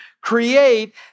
create